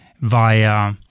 via